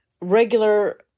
regular